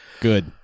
Good